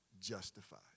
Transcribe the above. justified